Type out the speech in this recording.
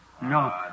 No